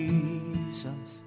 Jesus